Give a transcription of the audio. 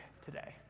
today